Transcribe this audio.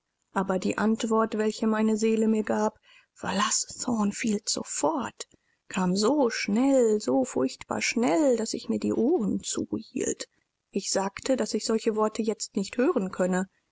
aber die antwort welche meine seele mir gab verlaß thornfield sofort kam so schnell so furchtbar schnell daß ich mir die ohren zuhielt ich sagte daß ich solche worte jetzt nicht hören könne